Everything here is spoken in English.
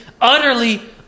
utterly